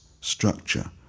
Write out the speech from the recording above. structure